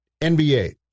NBA